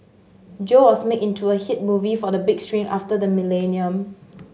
Joe was made into a hit movie for the big screen after the millennium